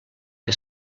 que